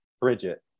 Bridget